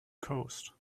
coast